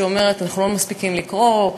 שאומרת: אנחנו לא מספיקים לקרוא,